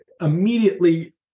immediately